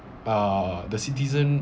uh the citizen